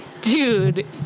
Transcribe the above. dude